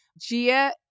Gia